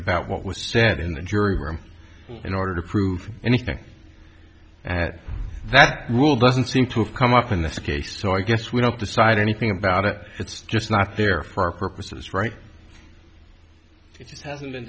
about what was said in the jury room in order to prove anything at that rule doesn't seem to have come up in this case so i guess we don't decide anything about it it's just not there for our purposes right it hasn't been